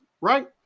right